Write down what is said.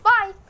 Bye